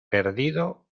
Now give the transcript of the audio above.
perdido